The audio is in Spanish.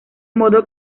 modo